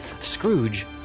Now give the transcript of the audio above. Scrooge